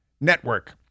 Network